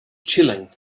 chilling